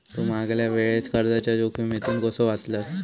तू मागल्या वेळेस कर्जाच्या जोखमीतून कसो वाचलस